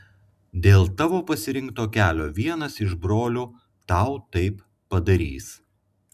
dėl tavo pasirinkto kelio vienas iš brolių tau taip padarys